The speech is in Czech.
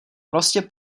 prostě